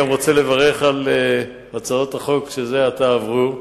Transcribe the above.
אני גם רוצה לברך על הצעות החוק שזה עתה עברו.